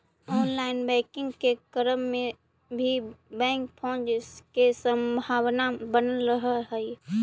online banking के क्रम में भी बैंक फ्रॉड के संभावना बनल रहऽ हइ